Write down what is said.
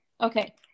Okay